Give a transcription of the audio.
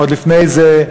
עוד לפני זה,